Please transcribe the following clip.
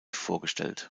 vorgestellt